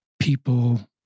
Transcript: people